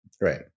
right